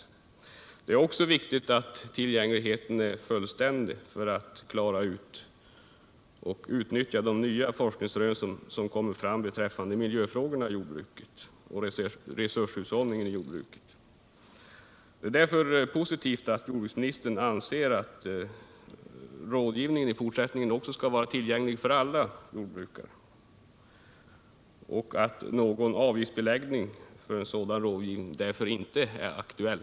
Det är också viktigt att tillgängligheten är fullständig, så att man kan utnyttja de nya forskningsrön som berör jordbrukets miljöfrågor och resurshushållning. Därför är det positivt att jordbruksministern anser att rådgivningen även i fortsättningen skall vara tillgänglig för alla jordbrukare och att någon avgiftsbeläggning av den anledningen inte är aktuell.